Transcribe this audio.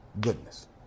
goodness